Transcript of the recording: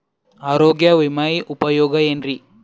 ಆರೋಗ್ಯ ವಿಮೆಯ ಉಪಯೋಗ ಏನ್ರೀ?